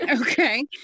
Okay